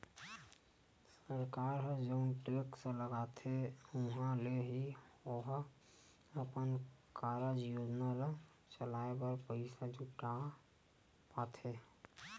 सरकार ह जउन टेक्स लगाथे उहाँ ले ही ओहा अपन कारज योजना ल चलाय बर पइसा जुटाय पाथे